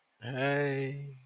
Hey